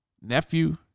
nephew